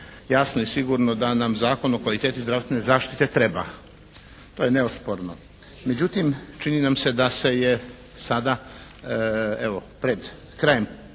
jasno i sigurno da nam Zakon o kvaliteti zdravstvene zaštite treba. To je neosporno. Međutim, čini nam se da se je sada evo pred kraj